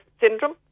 syndrome